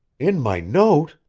in my note?